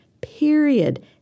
period